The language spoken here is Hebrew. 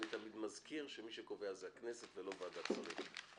מזכיר שמי שקובע זה הכנסת ולא ועדת שרים.